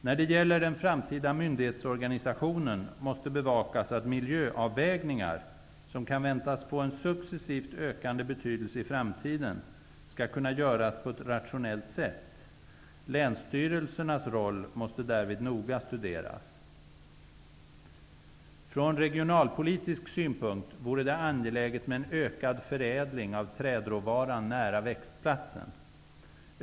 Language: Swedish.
När det gäller den framtida myndighetsorganisationen måste bevakas att miljöavvägningar, som kan väntas få en successivt ökande betydelse i framtiden, skall kunna göras på ett rationellt sätt. Länsstyrelsernas roll måste därvid noga studeras. Från regionalpolitisk synpunkt vore det angeläget med ökad förädling av trädråvaran nära växtplatsen.